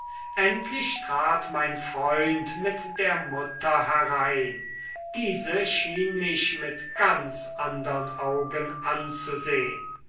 endlich trat mein freund mit der mutter herein diese schien mich mit ganz andern augen anzusehn